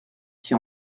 qui